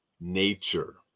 nature